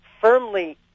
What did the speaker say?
firmly